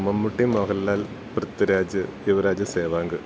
Mammootty Mohanlal Prithviraj Yuvraj Sehwag